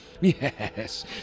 Yes